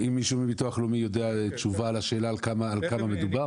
האם מישהו מהביטוח הלאומי יודע תשובה לשאלה על כמה מדובר?